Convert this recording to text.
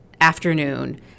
afternoon